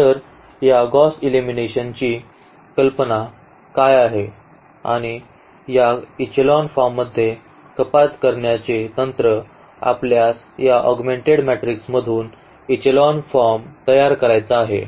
तर या गौस एलिमिनेशनची कल्पना काय आहे किंवा या इचेलॉन फॉर्ममध्ये कपात करण्याचे तंत्र आपल्यास या ऑगमेंटेड मॅट्रिक्समधून इचेलॉन फॉर्म तयार करायचा आहे